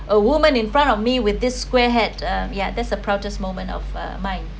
a woman in front of me with this square hat uh yeah that’s the proudest moment of uh mine